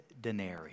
denarii